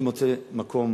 אני מוצא מקום,